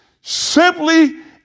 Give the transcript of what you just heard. simply